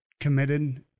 committed